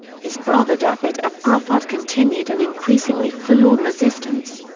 his brother dafydd ap gruffudd continued an increasingly forlorn resistance.